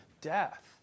death